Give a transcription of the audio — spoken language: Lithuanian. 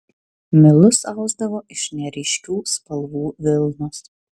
milus ausdavo iš neryškių spalvų vilnos